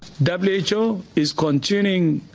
w h o is continuing.